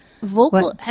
Vocal